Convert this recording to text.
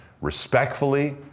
respectfully